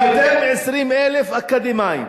יותר מ-20,000 אקדמאים